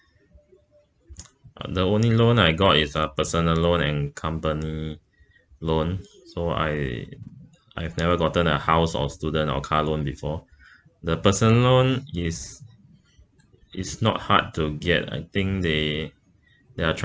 uh the only loan I got is uh personal loan and company loan so I I've never gotten a house or student or car loan before the personal loan is is not hard to get I think they they are